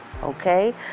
Okay